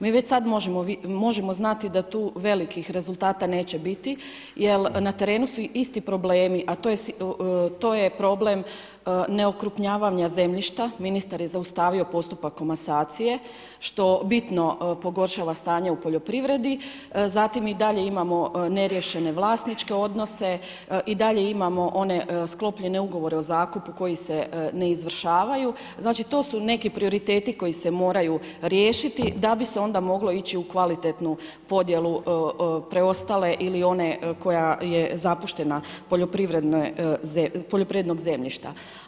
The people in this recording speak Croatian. Mi već sada možemo znati da tu velikih rezultata neće biti jel na terenu su isti problemi, a to je problem ne okrupnjavanja zemljišta, ministar je zaustavio postupak komasacije što bitno pogoršava stanje u poljoprivredi, zatim i dalje imamo neriješene vlasničke odnose i dalje imamo one sklopljene ugovore o zakupu koji se ne izvršavaju, znači to su neki prioriteti koji se moraju riješiti da bi se onda moglo ići u kvalitetnu podjelu preostale ili one koja je zapuštena poljoprivrednog zemljišta.